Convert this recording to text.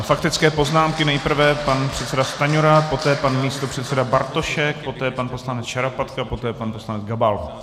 Faktické poznámky, nejprve pan předseda Stanjura, poté pan místopředseda Bartošek, poté pan poslanec Šarapatka, poté pan poslanec Gabal.